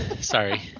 sorry